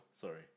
sorry